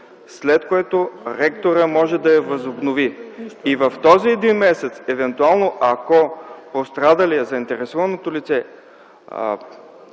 след което ректорът може да я възобнови. В този един месец евентуално, ако пострадалият, заинтересованото лице,